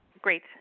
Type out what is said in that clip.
Great